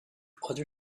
other